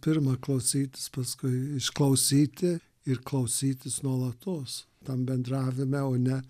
pirma klausytis paskui išklausyti ir klausytis nuolatos tam bendravime o ne